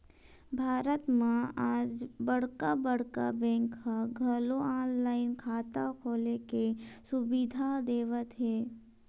भारत म आज बड़का बड़का बेंक ह घलो ऑनलाईन खाता खोले के सुबिधा देवत हे